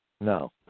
No